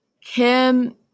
Kim